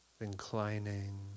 Inclining